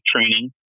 training